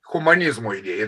humanizmo idėja